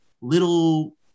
little